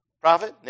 Prophet